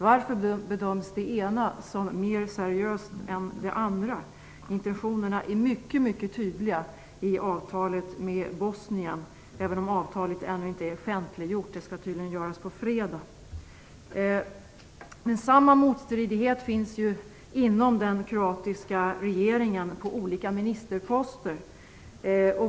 Varför bedöms det ena som mer seriöst än det andra? Intentionerna är mycket tydliga i avtalet med Bosnien, även om avtalet ännu inte är offentliggjort. Det skall tydligen göras på fredag. Samma motstridighet finns inom den kroatiska regeringen - mellan olika ministerposter.